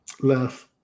left